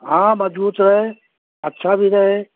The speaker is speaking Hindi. हाँ मजबूत रहे अच्छा भी रहे